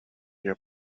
your